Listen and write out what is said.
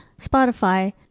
Spotify